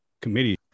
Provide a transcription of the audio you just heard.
committee